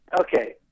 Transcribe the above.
Okay